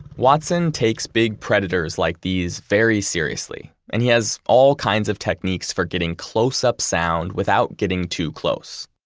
watson takes big predators like these very seriously, and he has all kinds of techniques for getting close up sound without getting too close.